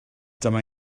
dyma